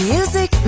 Music